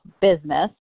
business